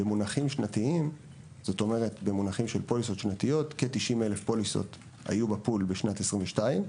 במונחים של פוליסות שנתיות כ-90,000 פוליסות היו בפול ב-22',